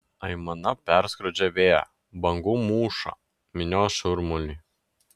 aimana perskrodžia vėją bangų mūšą minios šurmulį